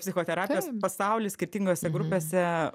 psichoterapijos pasauly skirtingose grupėse